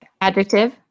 adjective